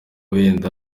wenda